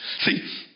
See